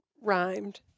rhymed